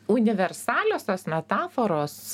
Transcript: universaliosios metaforos